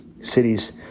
cities